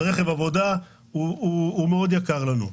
זה רכב עבודה שמאוד יקר לנו.